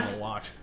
watch